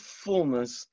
fullness